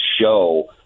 show